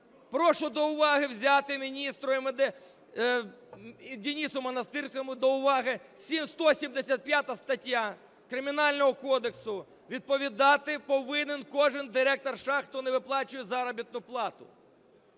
Прошу до уваги взяти міністру МВД Денису Монастирському: 175 стаття Кримінального кодексу, відповідати повинен кожен директор шахт, хто не виплачує заробітну плату.